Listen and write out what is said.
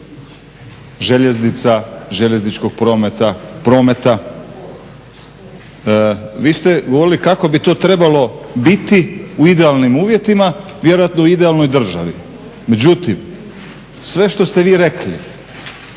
željeznica, željezničkog prometa, prometa. Vi ste govorili kako bi to trebalo biti u idealnim uvjetima vjerojatno u idealnoj državi. Međutim, sve što ste vi rekli